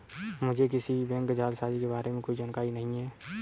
मुझें किसी भी बैंक जालसाजी के बारें में कोई जानकारी नहीं है